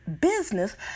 business